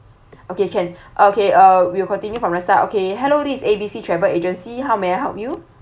okay can okay uh we will continue from the start okay hello this is A B C travel agency how may I help you